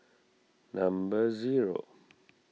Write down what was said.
number zero